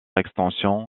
extension